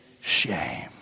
shame